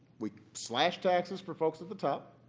we slashed taxes for folks at the top,